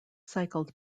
cycled